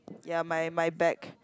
ya my my back